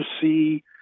see